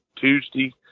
Tuesday